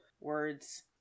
words